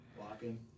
walking